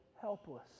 helpless